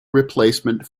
replacement